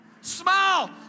Smile